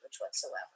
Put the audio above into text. whatsoever